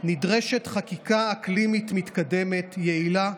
נדרשת חקיקה אקלימית מתקדמת, יעילה,